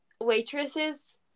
waitresses